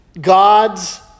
God's